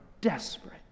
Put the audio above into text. desperate